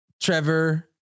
Trevor